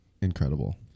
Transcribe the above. incredible